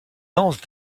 lance